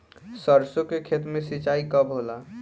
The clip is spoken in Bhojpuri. सरसों के खेत मे सिंचाई कब होला?